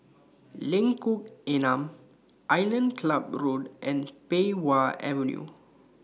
Lengkok Enam Island Club Road and Pei Wah Avenue